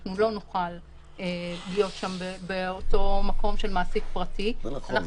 אנחנו לא נוכל להיות באותו מקום של מעסיק פרטי -- זה נכון,